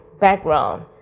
background